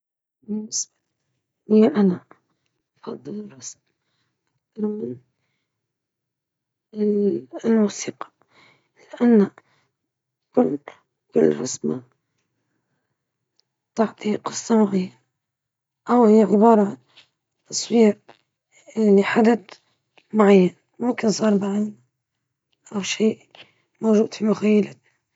تختار الإضاءة المناسبة وتكون هادية، وتمسك الكاميرا بطريقة صحيحة، وتخلي الشخص يرتاح ويتصرف طبيعي، وتحاول تلتقط اللحظة المناسبة لتظهر شخصيته الطبيعية.